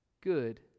good